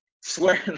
Swear